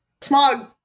Smog